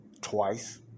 twice